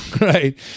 right